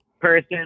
person